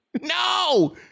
No